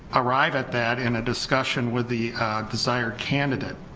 arrive at that in a discussion with the desired candidate